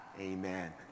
Amen